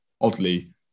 oddly